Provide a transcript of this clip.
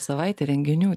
savaitė renginių